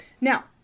Now